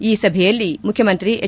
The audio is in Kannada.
ಈ ಸಭೆಯಲ್ಲಿ ಮುಖ್ಡಮಂತ್ರಿ ಹೆಚ್